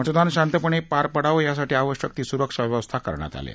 मतदान शांततेत पार पडावं यासाठी आवश्यक ती सुरक्षा व्यवस्था करण्यात आली आहे